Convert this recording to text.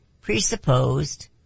presupposed